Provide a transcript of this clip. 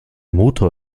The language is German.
motor